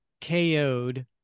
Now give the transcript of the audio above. ko'd